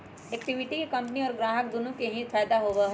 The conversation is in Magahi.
इक्विटी के कम्पनी और ग्राहक दुन्नो के ही फायद दा होबा हई